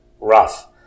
rough